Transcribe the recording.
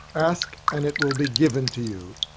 ask and it will be given to you.